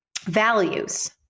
values